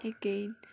again